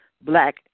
black